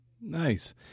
Nice